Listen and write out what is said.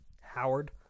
Howard